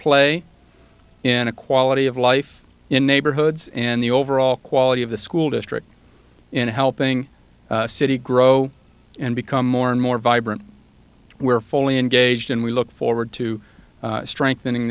play in a quality of life in neighborhoods and the overall quality of the school district in helping city grow and become more and more vibrant we're fully engaged and we look forward to strengthening